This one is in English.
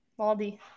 Maldi